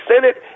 Senate